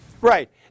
Right